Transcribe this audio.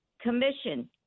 commission